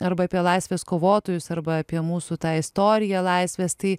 arba apie laisvės kovotojus arba apie mūsų tą istoriją laisvės tai